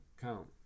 count